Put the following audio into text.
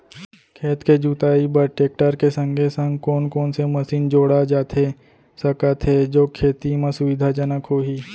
खेत के जुताई बर टेकटर के संगे संग कोन कोन से मशीन जोड़ा जाथे सकत हे जो खेती म सुविधाजनक होही?